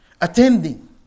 Attending